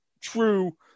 true